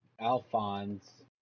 Alphonse